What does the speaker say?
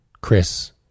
Chris